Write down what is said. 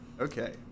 Okay